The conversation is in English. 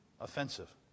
offensive